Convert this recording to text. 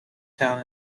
town